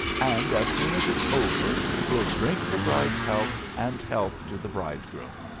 and as soon as it's over we'll drink the bride's health and health to the bridegroom.